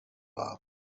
war